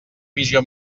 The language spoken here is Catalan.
visió